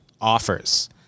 offers